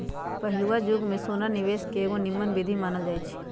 पहिलुआ जुगे से सोना निवेश के एगो निम्मन विधीं मानल जाइ छइ